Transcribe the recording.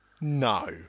No